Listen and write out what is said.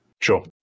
Sure